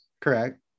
correct